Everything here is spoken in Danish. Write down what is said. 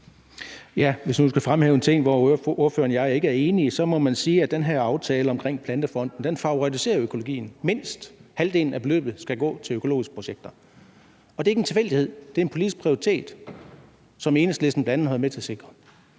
Hvis jeg skal fremhæve en ting, hvor ordførerne og jeg ikke er enige, så må man sige, at den her aftale omkring Plantefonden favoriserer økologien – mindst halvdelen af beløbet skal gå til økologiske projekter. Og det er ikke en tilfældighed; det er en politisk prioritet, som Enhedslisten bl.a. har været med til at sikre.